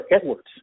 Edwards